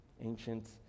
Ancient